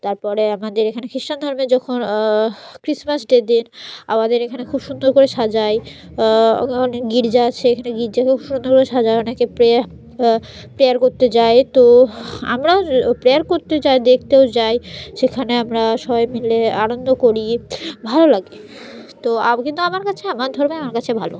তার পরে আমাদের এখানে খ্রিস্টান ধর্মে যখন ক্রিসমাস ডের দিন আমাদের এখানে খুব সুন্দর করে সাজায় অনেক গির্জা আছে এখানে গির্জাকে খুব সুন্দর করে সাজায় অনেকে প্রেয়া প্রেয়ার করতে যায় তো আমরাও ও প্রেয়ার করতে যাই দেখতেও যাই সেখানে আমরা সবাই মিলে আনন্দ করি ভালো লাগে তো আম কিন্তু আমার কাছে আমার ধর্মই আমার কাছে ভালো